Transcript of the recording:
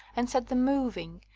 and set them moving,